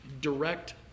direct